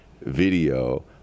video